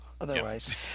otherwise